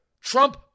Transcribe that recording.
Trump